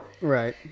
right